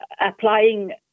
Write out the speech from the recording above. applying